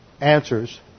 answers